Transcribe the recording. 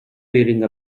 wearing